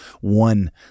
one